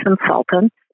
consultants